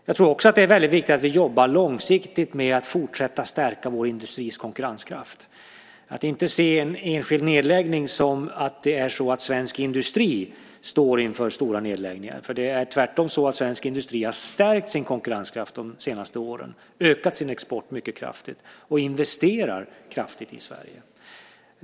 Jag tror också att det är väldigt viktigt att vi jobbar långsiktigt med att fortsätta stärka vår industris konkurrenskraft och inte se en enskild nedläggning som att det skulle vara så att svensk industri står inför stora nedläggningar. Det är tvärtom så att svensk industri har stärkt sin konkurrenskraft de senaste åren. De har ökat sin export mycket kraftigt och investerar kraftigt i Sverige.